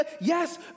Yes